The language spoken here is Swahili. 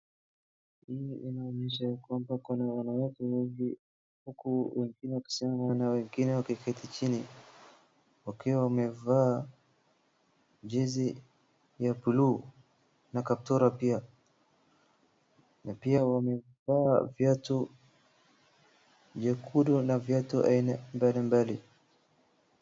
Hii inaonyesha ya kwamba kuna wanawake wengi huku wengine wakisimama na wengine wakiketi chini, wakiwa wameva jezi ya buluu na kaptura pia. Na pia wamevaa viatu nyekundu na viatu aina mbalimbali.